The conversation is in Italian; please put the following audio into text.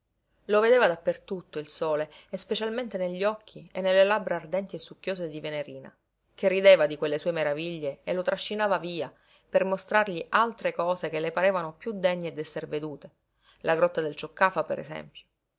lo vedeva da per tutto il sole e specialmente negli occhi e nelle labbra ardenti e succhiose di venerina che rideva di quelle sue meraviglie e lo trascinava via per mostrargli altre cose che le parevano piú degne d'esser vedute la grotta del cioccafa per esempio